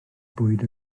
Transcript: bwyd